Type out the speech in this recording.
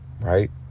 right